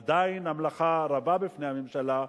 עדיין המלאכה רבה בפני הממשלה,